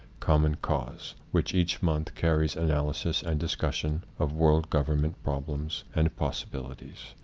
common cause, which each month carries analysis and discussion of world government problems and possibilities.